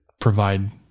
provide